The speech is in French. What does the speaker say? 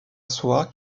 soie